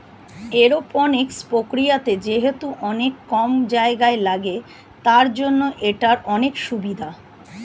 aeroponics প্রক্রিয়াতে যেহেতু অনেক কম জায়গা লাগে, তার জন্য এটার অনেক সুভিধা